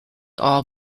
all